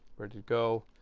ready to go.